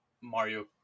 Mario